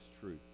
truth